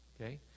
okay